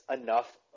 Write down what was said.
enough